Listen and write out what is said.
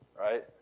Right